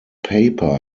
paper